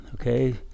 okay